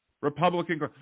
Republican